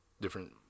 different